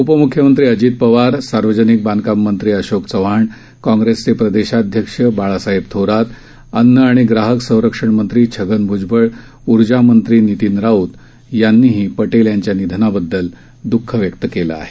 उपमुख्यमंत्री अजित पवार सार्वजनिक बांधकाम मंत्री अशोक चव्हाण काँग्रेसचे प्रदेशाध्यक्ष बाळासाहेब थोरात अन्न आणि ग्राहक संरक्षण मंत्री छगन भ्जबळ ऊर्जामंत्री नितीन राऊत यांनीही पटेल यांच्या निधनाबददल द्ःख व्यक्त केलं आहे